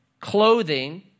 clothing